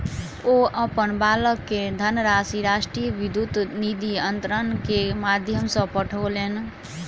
ओ अपन बालक के धनराशि राष्ट्रीय विद्युत निधि अन्तरण के माध्यम सॅ पठौलैन